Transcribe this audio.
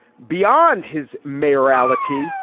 beyond his morality,